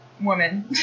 woman